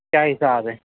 کیا حساب ہے